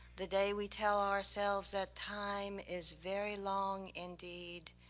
the day we tell ourselves that time is very long indeed,